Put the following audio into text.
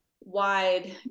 wide